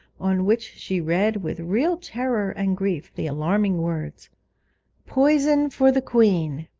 on which she read with real terror and grief the alarming words poisin for the queen